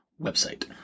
website